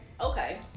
Okay